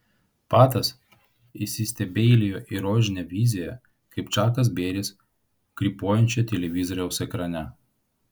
patas įsistebeilijo į rožinę viziją kaip čakas beris krypuojančią televizoriaus ekrane